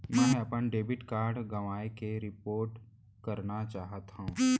मै हा अपन डेबिट कार्ड गवाएं के रिपोर्ट करना चाहत हव